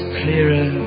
clearer